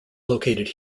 located